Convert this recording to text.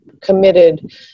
committed